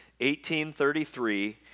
1833